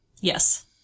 Yes